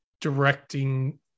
directing